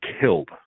killed